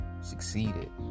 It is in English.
succeeded